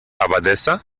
abadesa